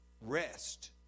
rest